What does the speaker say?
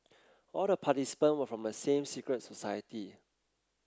all the participant were from the same secret society